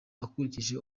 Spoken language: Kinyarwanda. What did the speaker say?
ukurikije